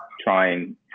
trying